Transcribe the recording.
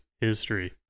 history